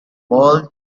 ball